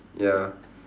ya